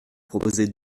proposez